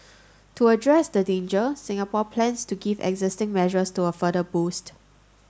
to address the danger Singapore plans to give existing measures to a further boost